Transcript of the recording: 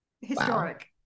Historic